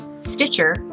stitcher